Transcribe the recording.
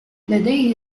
لديه